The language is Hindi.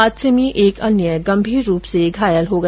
हादसे में एक अन्य गंभीर रूप से घायल हो गया